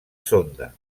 sonda